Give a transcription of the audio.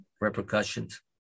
repercussions